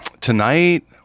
Tonight